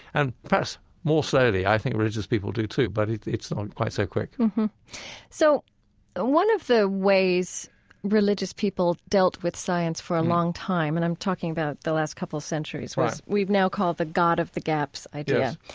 and, perhaps more slowly, i think religious people do, too, but it's not quite so quick so one of the ways religious people dealt with science for a long time and i'm talking about the last couple of centuries was what we've now called the god of the gaps idea.